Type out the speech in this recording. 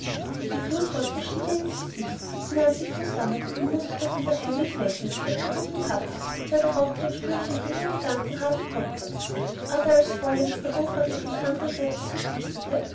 die glutröte stieg ihr ins gesicht sie nahm sich zusammen und mußte doch wieder heimlich lächeln über den guten papa der doch auch kein spürchen von ihren gedanken haben konnte aber als vollends der hofrat ihr von der andern seite zuflüsterte